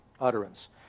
utterance